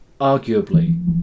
arguably